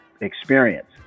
experience